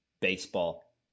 baseball